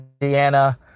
Indiana